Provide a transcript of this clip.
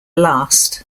last